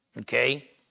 Okay